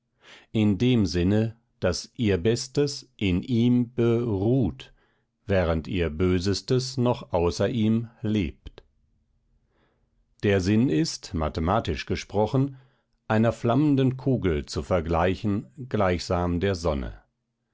in dem sinne daß ihr bestes in ihm be ruht während ihr bösestes noch außer ihm lebt der sinn ist mathematisch gesprochen einer flammenden kugel zu vergleichen gleichsam der sonne